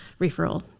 referral